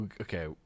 okay